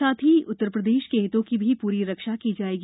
साथ ही उत्तरप्रदेश के हितों की भी पूरी रक्षा की जाएगी